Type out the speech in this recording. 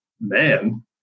man